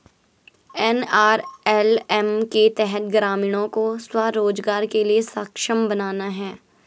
NRLM के तहत ग्रामीणों को स्व रोजगार के लिए सक्षम बनाना है